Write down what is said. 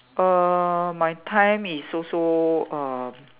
err my time is also uh